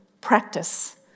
practice